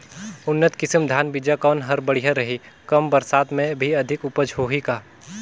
उन्नत किसम धान बीजा कौन हर बढ़िया रही? कम बरसात मे भी अधिक उपज होही का?